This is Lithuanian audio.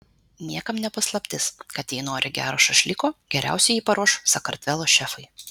niekam ne paslaptis kad jei nori gero šašlyko geriausiai jį paruoš sakartvelo šefai